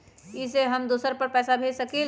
इ सेऐ हम दुसर पर पैसा भेज सकील?